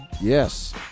Yes